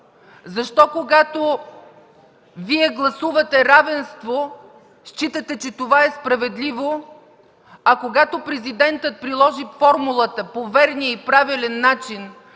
Защо, когато Вие гласувате равенство, считате, че това е справедливо, а когато Президентът приложи формулата по верния и правилен начин